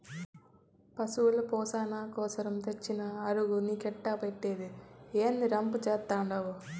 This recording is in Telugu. పశుల పోసణ కోసరం తెచ్చిన అగరు నీకెట్టా పెట్టేది, ఏందీ రంపు చేత్తండావు